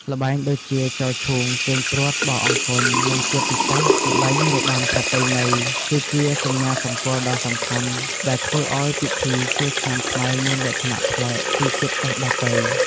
ល្បែងដូចជា ចោលឈូង ទាញព្រ័ត្រ បោះអង្គញ់ និងជាពិសេស ល្បែងរបាំប្រពៃណី គឺជាសញ្ញាសម្គាល់ដ៏សំខាន់ ដែលធ្វើឲ្យពិធីចូលឆ្នាំខ្មែរមានលក្ខណៈប្លែកពីជាតិសាសន៍ដទៃ។